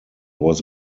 was